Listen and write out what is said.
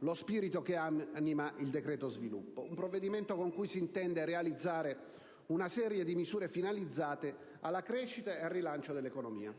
lo spirito che anima il decreto sviluppo, un provvedimento con cui si intende realizzare una serie di misure finalizzate alla crescita e al rilancio dell'economia,